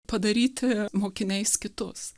padaryti mokiniais kitus